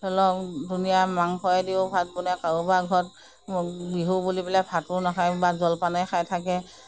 ধৰি লওঁক ধুনীয়া মাংসয়ে দিও ভাত বনায় কাৰোবাৰ ঘৰত বিহু বুলি পেলাই ভাতো নাখায় বা জলপানে খাই থাকে